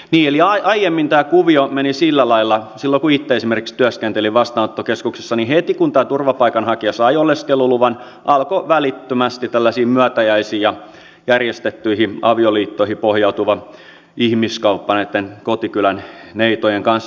eli aiemmin tämä kuvio meni sillä lailla silloin kun itse esimerkiksi työskentelin vastaanottokeskuksessa että heti kun tämä turvapaikanhakija sai oleskeluluvan alkoi välittömästi tällaisiin myötäjäisiin ja järjestettyihin avioliittoihin pohjautuva ihmiskauppa näitten kotikylän neitojen kanssa